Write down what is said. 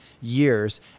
years